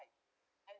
like and